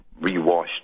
rewashed